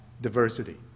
diversity